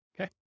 Okay